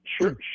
Sure